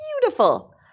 beautiful